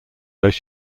though